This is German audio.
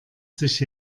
sich